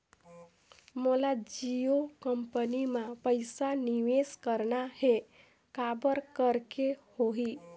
मोला जियो कंपनी मां पइसा निवेश करना हे, काबर करेके होही?